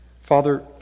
Father